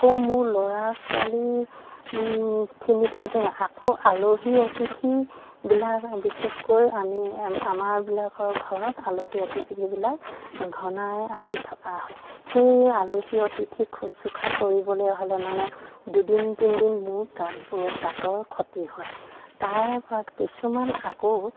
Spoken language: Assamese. আকৌ মোৰ ল'ৰা ছোৱালীখিনি থওঁতে আকৌ আলহী অতিথিবিলাক বিশেষকৈ আমি আমাৰবিলাকৰ ঘৰত আলহী অতিথিবিলাক ঘনাই আহি থকা হয় সেই আলহী অতিথিক শুশ্ৰুষা কৰিবলৈ হ'লে মানে দুদিন তিনদিন মোৰ তাঁতবোৰ তাঁতৰ ক্ষতি হয় তাৰপৰা কিছুমান আকৌ